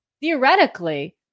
theoretically